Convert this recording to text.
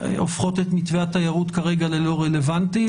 הופכות את מתווה התיירות כרגע ללא רלוונטי.